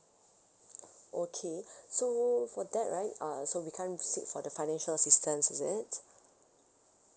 okay so for that right uh so we can't seek for the financial assistance is it